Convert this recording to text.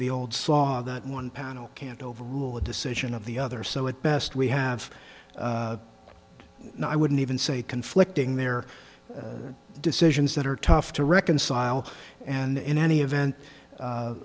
the old saw that one panel can't overrule the decision of the other so at best we have no i wouldn't even say conflicting there are decisions that are tough to reconcile and in any event